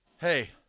hey